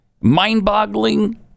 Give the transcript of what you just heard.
Mind-boggling